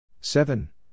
seven